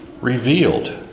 revealed